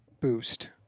boost